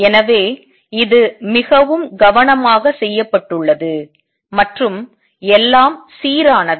எனவே இது மிகவும் கவனமாக செய்யப்பட்டுள்ளது மற்றும் எல்லாம் சீரானது